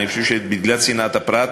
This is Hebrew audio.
בגלל צנעת הפרט,